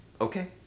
Okay